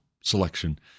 selection